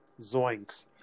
Zoinks